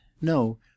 No